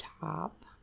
top